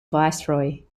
viceroy